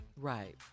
Right